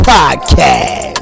Podcast